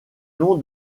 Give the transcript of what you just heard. nom